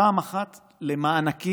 פעם אחת למענקים,